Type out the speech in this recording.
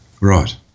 Right